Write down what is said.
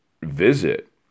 visit